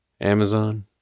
amazon